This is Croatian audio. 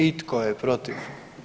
I tko je protiv?